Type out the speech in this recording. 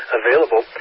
available